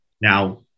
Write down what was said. Now